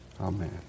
Amen